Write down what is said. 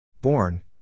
Born